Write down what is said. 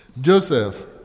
Joseph